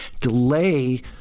delay